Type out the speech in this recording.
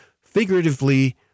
figuratively